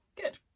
Good